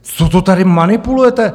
Co to tady manipulujete?